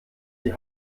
die